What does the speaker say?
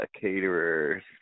caterers